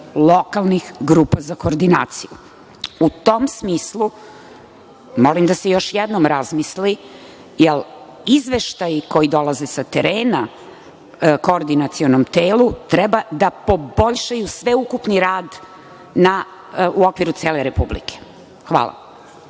lokalnih grupa za koordinaciju? U tom smislu, molim da se još jednom razmisli jel izveštaji koji dolaze sa terena Koordinacionom telu treba da poboljšaju sveukupni rad u okviru cele Republike. Hvala.